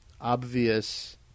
obvious